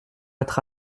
être